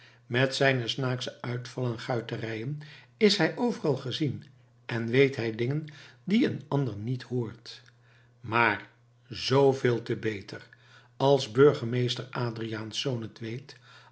met zijne snaaksche uitvallen en guiterijen is hij overal gezien en weet hij dingen die een ander niet hoort maar zoo veel te beter als burgemeester adriaensz het weet